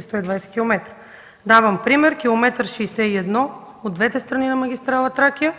120 км в час. Давам пример: километър 61 от двете страни на автомагистрала „Тракия”,